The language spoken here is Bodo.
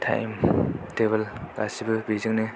टाइम टेबोल गासिबो बेजोंनो